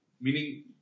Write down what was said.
Meaning